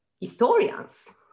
historians